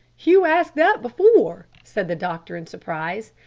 you asked that before, said the doctor in surprise.